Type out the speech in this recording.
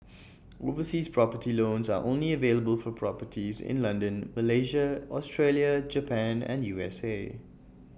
overseas property loans are only available for properties in London Malaysia Australia Japan and U S A